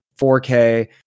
4K